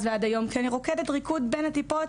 ועד היום כי אני רוקדת ריקוד בין הטיפות,